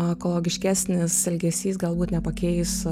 ekologiškesnis elgesys galbūt nepakeis